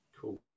cool